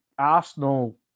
Arsenal